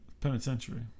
penitentiary